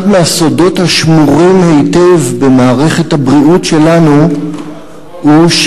אחד מהסודות השמורים היטב במערכת הבריאות שלנו הוא,